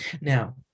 Now